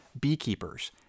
beekeepers